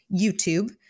YouTube